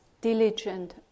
diligent